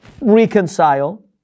reconcile